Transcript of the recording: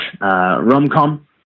rom-com